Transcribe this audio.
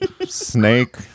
snake